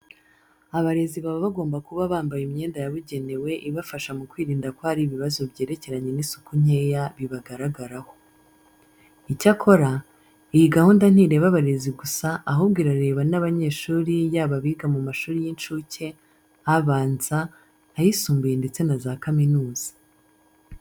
Abarezi baba bagomba kuba bambaye imyenda yabugenewe ibafasha mu kwirinda ko hari ibibazo byerekeranye n'isuku nkeya bibagaragaraho. Icyakora, iyi gahunda ntireba abarezi gusa ahubwo irareba n'abanyeshuri yaba abiga mu mashuri y'incuke, abanza, ayisumbuye ndetse na za kaminuza.